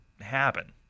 happen